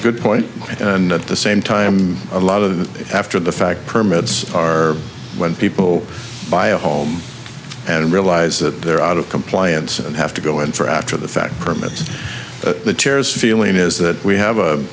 good point and at the same time a lot of after the fact permits are when people buy a home and realize that they're out of compliance and have to go in for after the fact permits and the tears feeling is that we have